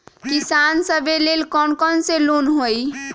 किसान सवे लेल कौन कौन से लोने हई?